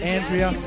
Andrea